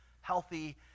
healthy